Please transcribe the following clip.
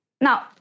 Now